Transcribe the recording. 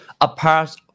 apart